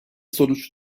sonuç